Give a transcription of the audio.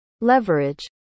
leverage